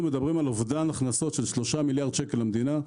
אנחנו מעריכים שמדובר באובדן הכנסות של כ-3 מיליארד ₪ למדינה.